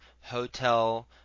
hotel